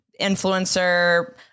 influencer